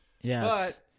Yes